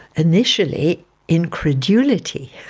initially incredulity.